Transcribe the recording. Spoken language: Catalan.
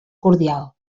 cordial